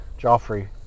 Joffrey